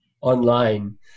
online